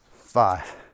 five